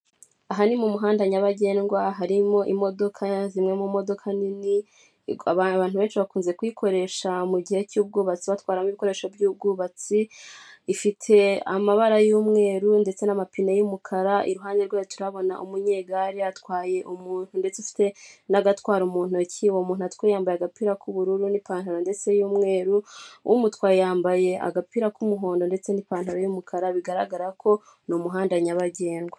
Aha ni mumuhanda nyabagendwa harimo imodoka, zimwe mu modoka nini abantu benshi bankunda kuyikoresha mu gihe cy'ubwubatsi batwara ibikoresho by'ubwubatsi, ifite amabara y'umwru ndetse n'amapine y'umukara, iruhande rwayo turahabona umunyegare atwaye umuntu ndetse ufite n'agatwaro mu ntoki, uwo muntu atwaye yambaye agapira k'ubururu ndetse n'ipantaro ndetse y'umweru, umutwaye yambaye agapira k'umuhondo ndetse n'ipantaro y'umukara bigaragara ko ni umuhanda nyabagendwa.